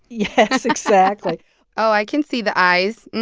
yes, exactly oh, i can see the eyes.